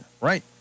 Right